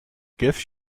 gift